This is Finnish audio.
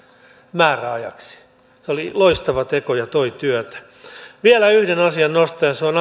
määräajaksi se oli loistava teko ja toi työtä vielä yhden asian nostan ja se on